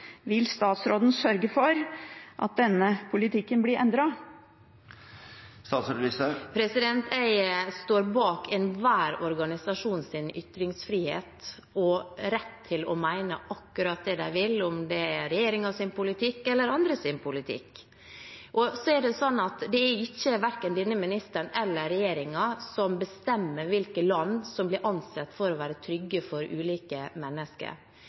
Vil statsråden sørge for at denne politikken blir endret? Jeg står bak enhver organisasjons ytringsfrihet og rett til å mene akkurat det de vil, om det er om regjeringens politikk eller andres politikk. Så er det verken denne ministeren eller regjeringen som bestemmer hvilke land som blir ansett for å være trygge for ulike mennesker.